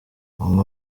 bamwe